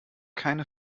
keine